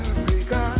Africa